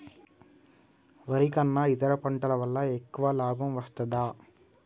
వరి కన్నా ఇతర పంటల వల్ల ఎక్కువ లాభం వస్తదా?